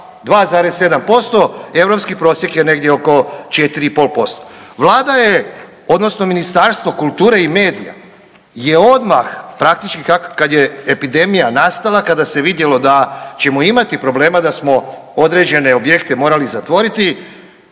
2,7%, europski prosjek je negdje oko 4,5%. Vlada je odnosno Ministarstvo kulture i medija je odmah praktički kad je epidemija nastala, kada se vidjelo da ćemo imati problema da smo određene objekte morali zatvoriti,